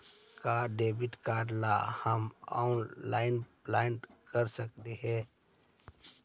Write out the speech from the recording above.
का debit card ला हम ऑनलाइन अप्लाई कर सकली हे?